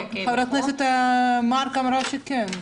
חברת הכנסת מארק אמרה שכן.